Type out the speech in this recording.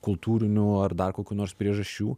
kultūrinių ar dar kokių nors priežasčių